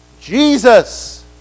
Jesus